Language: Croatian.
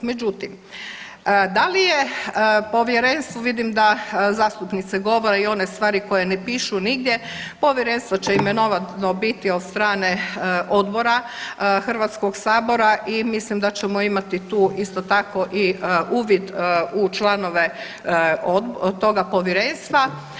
Međutim, da li je povjerenstvo, vidim da zastupnice govore i one stvari koje ne pišu nigdje, povjerenstvo će imenovano biti od strane odbora HS-a i mislim da ćemo imati tu isto tako uvid u članove toga povjerenstva.